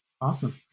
awesome